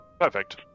Perfect